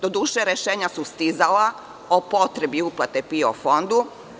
Doduše, rešenja su stizala o potrebi uplate PIO fondu.